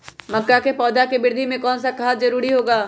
मक्का के पौधा के वृद्धि में कौन सा खाद जरूरी होगा?